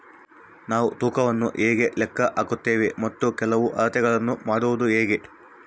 ನಾವು ತೂಕವನ್ನು ಹೇಗೆ ಲೆಕ್ಕ ಹಾಕುತ್ತೇವೆ ಮತ್ತು ಕೆಲವು ಅಳತೆಗಳನ್ನು ಮಾಡುವುದು ಹೇಗೆ?